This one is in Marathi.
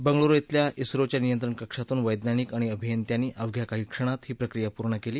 बंगळुरू खेल्या स्रोच्या नियंत्रण कक्षातून वझीनिक आणि अभियंत्यांनी अवघ्या काही क्षणांत ही प्रक्रिया पूर्ण केली